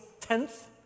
tenth